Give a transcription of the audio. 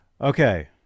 Okay